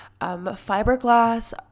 Fiberglass